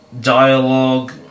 dialogue